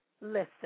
listen